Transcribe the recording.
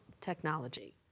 technology